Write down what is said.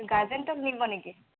গাৰ্জেনটক নিব নেকি